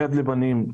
יד לבנים.